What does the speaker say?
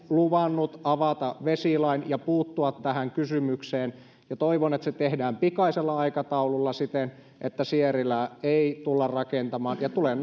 luvannut avata vesilain ja puuttua tähän kysymykseen ja toivon että se tehdään pikaisella aikataululla siten että sierilää ei tulla rakentamaan tulen